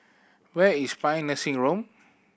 where is Paean Nursing Home